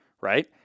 right